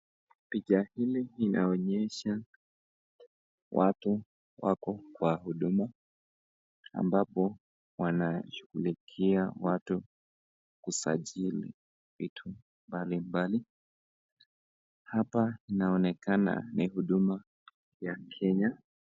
Picha hili inaonyesha watu wako kwa huduma, ambapo wanashughulikia watu kusajili vitu mbali mbali, hapa inaonekana ni huduma ya Kenya.